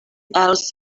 else